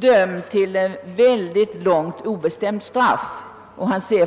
få ett mycket långt och tidsobestämt omhändertagande.